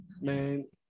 man